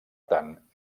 tant